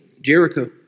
Jericho